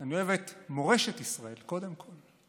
אני אוהב את מורשת ישראל, קודם כול.